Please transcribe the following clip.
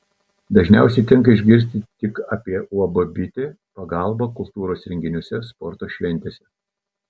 dažniausiai tenka išgirsti tik apie uab bitė pagalbą kultūros renginiuose sporto šventėse